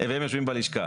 הם יושבים בלשכה